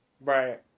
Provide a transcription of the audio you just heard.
Right